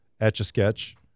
Etch-A-Sketch